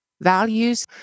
values